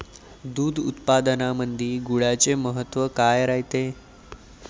दूध उत्पादनामंदी गुळाचे महत्व काय रायते?